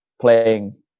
playing